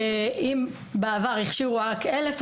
אם בעבר הכשירו רק 1,000,